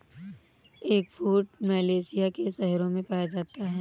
eggfruit Malaysia के शहरों में पाया जाता है